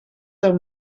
del